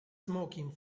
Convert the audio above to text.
smoking